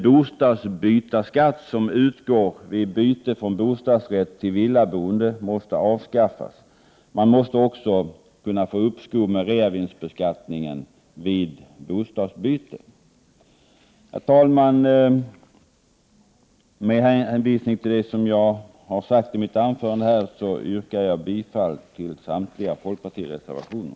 Bostadsbytarskatten vid byte från bostadsrätt till villaboende måste avskaffas. Man måste också kunna få uppskov med reavinstbeskattning vid bostadsbyte. Herr talman! Med hänvisning till det jag har sagt i mitt anförande yrkar jag bifall till samtliga folkpartireservationer.